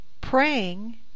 Praying